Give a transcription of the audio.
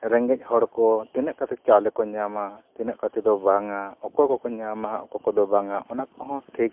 ᱨᱮᱸᱜᱮᱡ ᱦᱚᱲ ᱠᱚ ᱛᱤᱱᱟᱹᱜ ᱠᱟᱛᱮᱫ ᱪᱟᱣᱞᱮ ᱠᱚ ᱧᱟᱢᱟ ᱛᱤᱱᱟᱹᱜ ᱠᱟᱛᱮᱫ ᱫᱚ ᱵᱟᱝᱟ ᱚᱠᱚᱭ ᱠᱚᱠᱚ ᱧᱟᱢᱟ ᱚᱠᱚᱭ ᱠᱚᱫᱚ ᱵᱟᱝᱟ ᱚᱱᱟ ᱠᱚᱦᱚᱸ ᱴᱷᱤᱠ